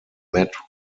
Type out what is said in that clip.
met